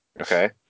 Okay